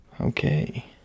Okay